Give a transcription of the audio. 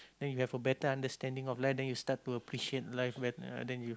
then you have a better understanding of life then you start to appreciate life bet~ then you